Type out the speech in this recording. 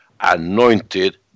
anointed